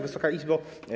Wysoka Izbo!